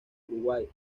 uruguay